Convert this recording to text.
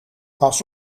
pas